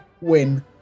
win